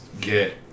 get